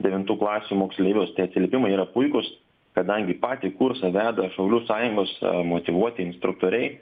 devintų klasių moksleivius atsiliepimai yra puikūs kadangi patį kursą veda šaulių sąjungos motyvuoti instruktoriai